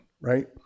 right